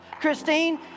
Christine